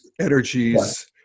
energies